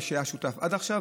למי שהיה שותף עד עכשיו,